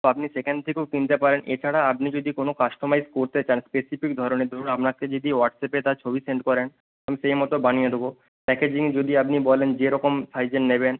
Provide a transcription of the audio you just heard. তো আপনি সেখান থেকেও কিনতে পারেন এছাড়া আপনি যদি কোনো কাস্টোমাইজ করতে চান স্পেসিফিক ধরনের ধরুন আপনাকে যদি হোয়াটসঅ্যাপে তার ছবি সেন্ড করেন আমি সেই মতো বানিয়ে দেবো প্যাকেজিং যদি আপনি বলেন যে রকম সাইজের নেবেন